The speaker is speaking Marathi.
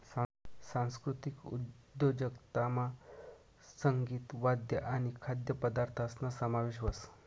सांस्कृतिक उद्योजकतामा संगीत, वाद्य आणि खाद्यपदार्थसना समावेश व्हस